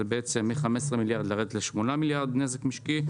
והם מ-15 מיליארד לרדת ל-8 מיליארד נזק משקי,